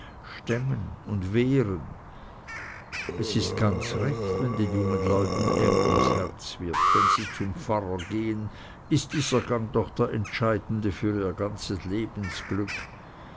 stemmen und wehren es ist ganz recht wenns den jungen leuten eng ums herz wird wenn sie zum pfarrer gehen ist dieser gang doch der entscheidende für ihr ganzes lebensglück